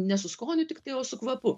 ne su skoniu tiktai o su kvapu